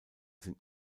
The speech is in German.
sind